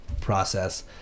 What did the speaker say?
process